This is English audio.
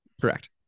Correct